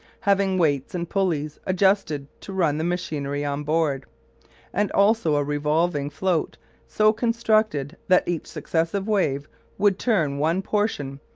having weights and pulleys adjusted to run the machinery on board and also a revolving float so constructed that each successive wave would turn one portion,